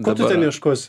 ko tu ten ieškosi